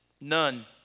none